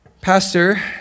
Pastor